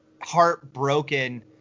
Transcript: heartbroken